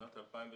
נכון.